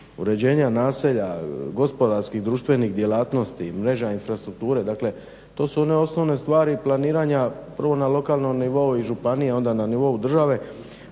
Uređenja naselja, gospodarskih, društvenih djelatnosti, mreža infrastrukture to su one osnovne stvari planiranja prvo na lokalnom nivou i županiji a onda na nivou države